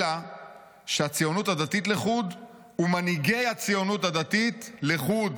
"אלא שהציונות הדתית לחוד ומנהיגי הציונות הדתית לחוד.